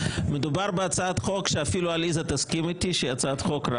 מדובר בהצעת חוק שאפילו עליזה תסכים איתי שהיא הצעת חוק רעה,